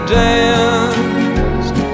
danced